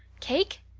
cake?